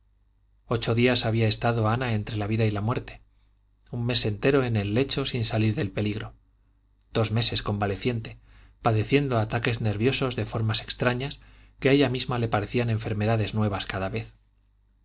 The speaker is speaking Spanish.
ocho días había estado ana entre la vida y la muerte un mes entero en el lecho sin salir del peligro dos meses convaleciente padeciendo ataques nerviosos de formas extrañas que a ella misma le parecían enfermedades nuevas cada vez